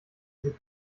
sie